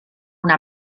una